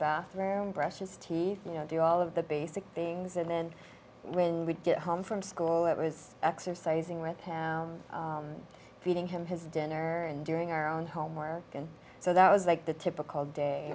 bathroom brush his teeth you know do all of the basic things and then when we get home from school it was exercising with feeding him his dinner and during our own homework and so that was like the typical day